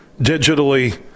digitally